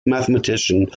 mathematician